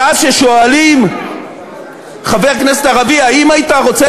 ואז כששואלים חבר כנסת ערבי: האם היית רוצה